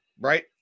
right